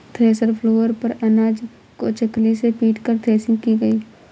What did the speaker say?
thresher floor पर अनाज को चकली से पीटकर थ्रेसिंग की गई